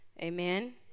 Amen